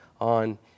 on